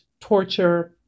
torture